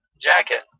jacket